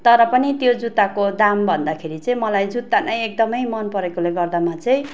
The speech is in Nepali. तर पनि त्यो जुत्ताको दाम भन्दाखेरि चाहिँ मलाई जुत्ता नै एकदम मन परेकाले गर्दामा चाहिँ